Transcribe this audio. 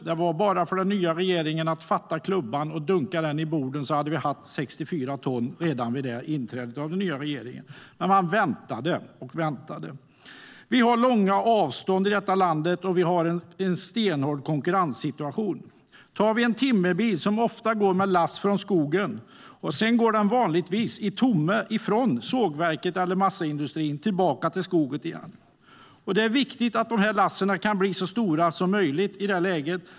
Det var bara för den nya regeringen att fatta klubban och dunka den i bordet så hade vi haft 64 tons lastbilar när den nya regeringen tillträdde. Men man väntade och väntade. Vi har långa avstånd i detta land, och vi har en stenhård konkurrenssituation. Exempelvis en timmerbil går ofta med lass från skogen. Sedan går den vanligtvis i tomme från sågverket eller massaindustrin tillbaka till skogen igen. Det är viktigt att dessa lass kan bli så stora som möjligt i detta läge.